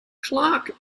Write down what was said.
clarke